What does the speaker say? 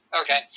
Okay